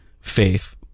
faith